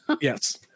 Yes